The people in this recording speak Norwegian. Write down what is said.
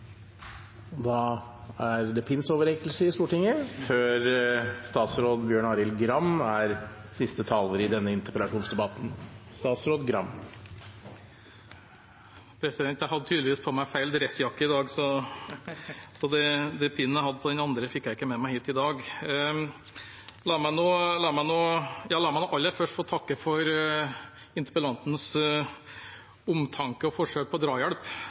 Da er det pins-overrekkelse i Stortinget. Jeg hadde tydeligvis på meg feil dressjakke i dag, så pinsen jeg hadde på den andre, fikk jeg ikke med meg hit i dag. La meg aller først få takke for interpellantens omtanke og forsøk på drahjelp.